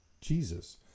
Jesus